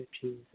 Jesus